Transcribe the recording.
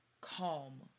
calm